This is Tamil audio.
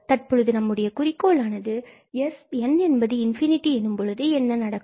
தற்பொழுது நம்முடைய குறிக்கோள் ஆனது n ∞ எனும்பொழுது என்ன நடக்கும்